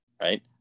right